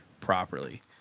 properly